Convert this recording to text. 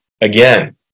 again